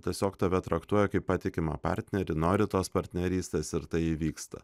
tiesiog tave traktuoja kaip patikimą partnerį nori tos partnerystės ir tai įvyksta